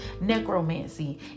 necromancy